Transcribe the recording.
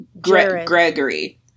Gregory